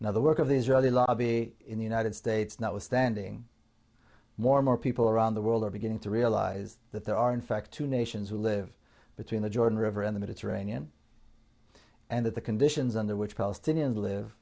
now the work of the israeli lobby in the united states notwithstanding more and more people around the world are beginning to realize that there are in fact two nations who live between the jordan river in the mediterranean and that the conditions under which palestinians live